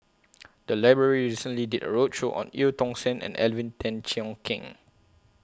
The Library recently did A roadshow on EU Tong Sen and Alvin Tan Cheong Kheng